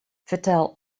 fertel